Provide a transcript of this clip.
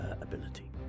ability